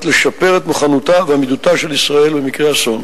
לשפר את מוכנותה ועמידותה של ישראל במקרה אסון.